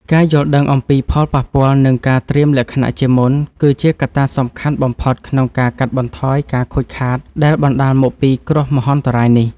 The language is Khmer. ការយល់ដឹងអំពីផលប៉ះពាល់ និងការត្រៀមលក្ខណៈជាមុន គឺជាកត្តាសំខាន់បំផុតក្នុងការកាត់បន្ថយការខូចខាតដែលបណ្ដាលមកពីគ្រោះមហន្តរាយនេះ។